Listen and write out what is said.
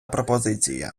пропозиція